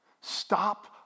Stop